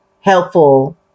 helpful